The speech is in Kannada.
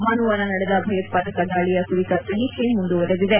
ಭಾನುವಾರ ನಡೆದ ಭಯೋತ್ಪಾದಕ ದಾಳಿಯ ಕುರಿತ ತನಿಖೆ ಮುಂದುವರೆದಿದೆ